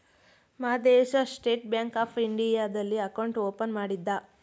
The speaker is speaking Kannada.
ಮಾದೇಶ ಸ್ಟೇಟ್ ಬ್ಯಾಂಕ್ ಆಫ್ ಇಂಡಿಯಾದಲ್ಲಿ ಅಕೌಂಟ್ ಓಪನ್ ಮಾಡಿದ್ದ